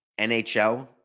NHL